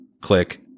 click